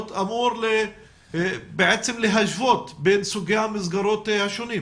אמור בעצם להשוות בין סוגי המסגרות השונים.